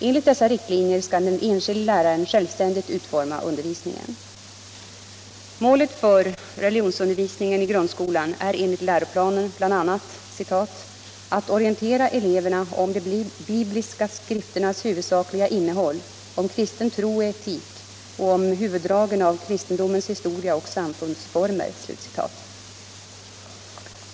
Enligt dessa riktlinjer skall den enskilde läraren självständigt utforma Målet för religionsundervisningen i grundskolan är enligt läroplanen bl.a. ”att orientera eleverna om de bibliska skrifternas huvudsakliga innehåll, om kristen tro och etik och om huvuddragen av kristendomens historia och samfundsformer”.